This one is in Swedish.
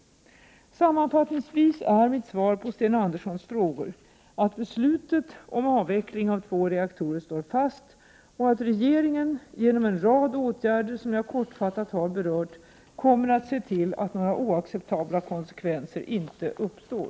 Sammanfattningsvis är mitt svar på Sten Anderssons frågor att beslutet om avveckling av två reaktorer står fast och att regeringen genom en rad åtgärder, som jag kortfattat har berört, kommer att se till att några oacceptabla konsekvenser inte uppstår.